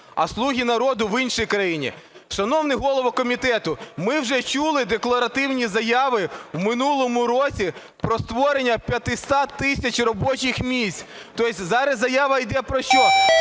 а "Слуга народу" в іншій країні. Шановний голово комітету, ми вже чули декларативні заяви в минулому році про створення 500 тисяч робочих місць. Тобто зараз заява йде про що